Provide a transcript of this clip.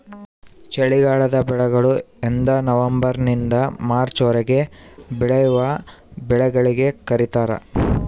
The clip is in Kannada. ಚಳಿಗಾಲದ ಬೆಳೆಗಳು ಎಂದನವಂಬರ್ ನಿಂದ ಮಾರ್ಚ್ ವರೆಗೆ ಬೆಳೆವ ಬೆಳೆಗಳಿಗೆ ಕರೀತಾರ